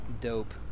dope